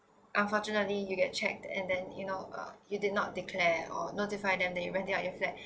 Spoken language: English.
unfortunately you get check and then you know uh you did not declare or notify them that you rent it out your flat